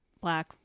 black